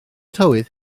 tywydd